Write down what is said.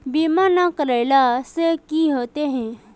बीमा ना करेला से की होते?